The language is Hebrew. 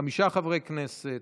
חמישה חברי כנסת,